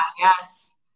yes